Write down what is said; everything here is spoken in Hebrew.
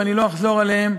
ולא אחזור עליהן,